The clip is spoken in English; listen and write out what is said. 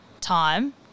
time